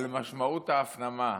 על משמעות ההפנמה.